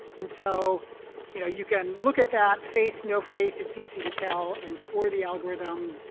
and so you know you can look at that face, no face, it's easy to tell and score the algorithm.